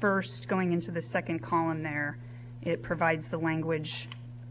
first going into the second column there it provides the language